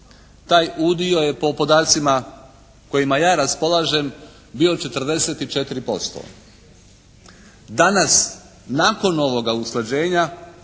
taj udio je po podacima kojima ja raspolažem, bio 44%. Danas nakon ovoga usklađenja